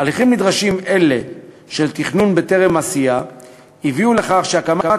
הליכים נדרשים אלה של תכנון בטרם עשייה הביאו לכך שהקמת